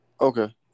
Okay